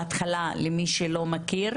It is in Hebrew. למי שלא מכיר.